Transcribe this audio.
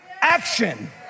action